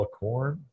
corn